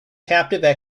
captive